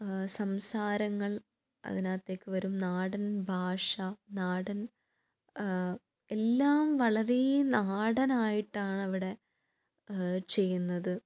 സംസാരങ്ങൾ അതിനകത്തേക്ക് വരും നാടൻ ഭാഷ നാടൻ എല്ലാം വളരെ നാടനായിട്ടാണവിടെ ചെയ്യുന്നത്